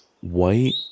white